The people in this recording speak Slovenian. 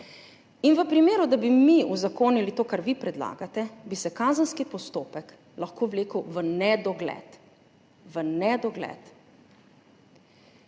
vedno država. Če bi mi uzakonili to, kar vi predlagate, bi se kazenski postopek lahko vlekel v nedogled. V nedogled.